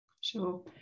Sure